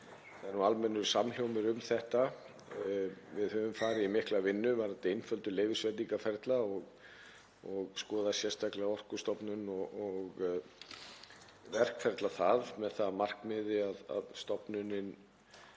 það sé almennur samhljómur um þetta. Við höfum farið í mikla vinnu varðandi einföldun leyfisveitingarferla og skoðað sérstaklega Orkustofnun og verkferla þar með það að markmiði að stofnunin